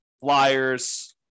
flyers